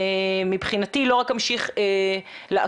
מבחינתי לא רק אמשיך לעקוב,